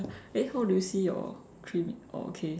eh how do you see your three oh okay